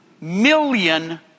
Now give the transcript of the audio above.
million